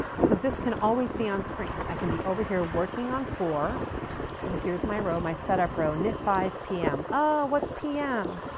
so, this can always be on screen. i can be over here working on four and here's my row, my setup row knit five pm. oh, what's pm?